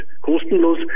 kostenlos